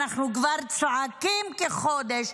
אנחנו כבר צועקים כחודש,